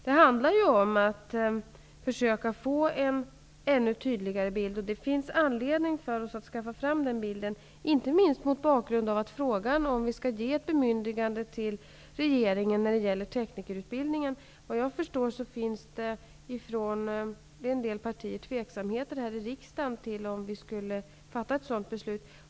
Det handlar ju om att försöka få en ännu tydligare bild. Det finns anledning för oss att skaffa fram den bilden, inte minst mot bakgrund av frågan om man skall ge ett bemyndigande till regeringen när det gäller teknikerutbildningen. Såvitt jag förstår finns det inom en del partier här i riksdagen tveksamheter till om man skall fatta ett sådant beslut.